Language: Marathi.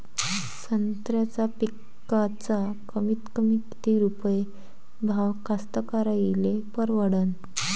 संत्र्याचा पिकाचा कमीतकमी किती रुपये भाव कास्तकाराइले परवडन?